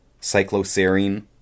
cycloserine